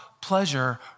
pleasure